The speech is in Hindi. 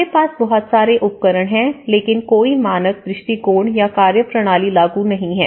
हमारे पास बहुत सारे उपकरण हैं लेकिन कोई मानक दृष्टिकोण या कार्यप्रणाली लागू नहीं है